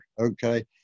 Okay